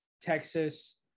Texas